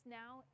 now